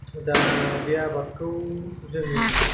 दा बे आबादखौ जोङो